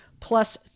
plus